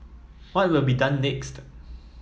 what will be done next